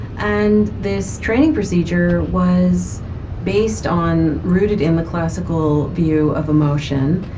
and this training procedure was based on, rooted in the classical view of emotion,